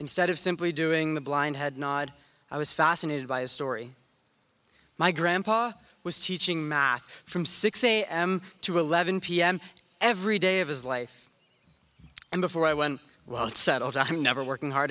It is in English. instead of simply doing the blind head nod i was fascinated by a story my grandpa was teaching math from six a m to eleven p m every day of his life and before i went well settled i'm never working hard